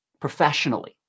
professionally